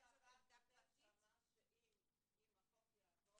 עמדת הוועד --- שאם החוק יעבור